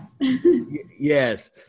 Yes